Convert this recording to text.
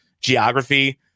geography